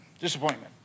Disappointment